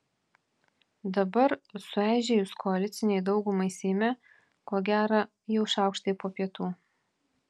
dabar sueižėjus koalicinei daugumai seime ko gera jau šaukštai po pietų